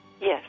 Yes